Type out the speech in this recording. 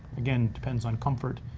again depends on comfort,